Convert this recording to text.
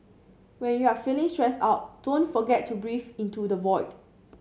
when you are feeling stressed out don't forget to breathe into the void